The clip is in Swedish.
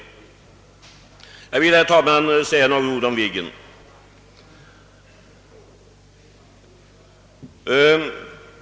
Herr talman! Jag vill också säga några ord om Viggen.